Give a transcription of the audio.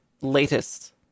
latest